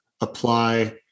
apply